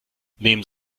neben